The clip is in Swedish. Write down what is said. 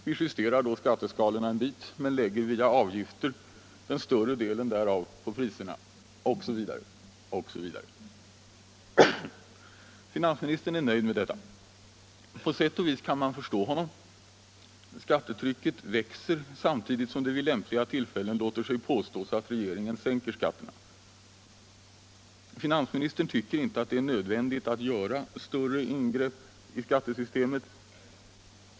Vi justerar då skatteskalorna en bit men lägger via avgifter den större delen därav på priserna OSV. Finansministern är nöjd med detta. På sätt och vis kan man förstå honom. Skattetrycket växer, samtidigt som det vid lämpliga tillfällen låter sig påstås att regeringen sänker skatterna. Finansministern tycker inte det är nödvändigt att göra större ingrepp i skattesystemet.